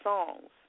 Songs